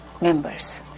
members